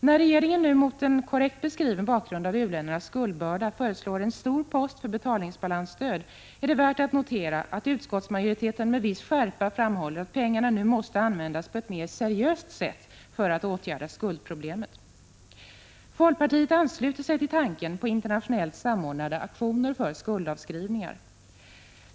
När regeringen nu mot en korrekt beskriven bakgrund av u-ländernas skuldbörda föreslår en stor post för betalningsbalansstöd, är det värt att notera att utskottsmajoriteten med viss skärpa framhåller att pengarna måste användas på ett mer seriöst sätt för att åtgärda skuldproblemet. Folkpartiet ansluter sig till tanken på internationellt samordnade aktioner för skuldavskrivningar.